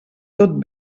tot